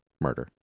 murder